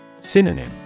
Synonym